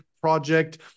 project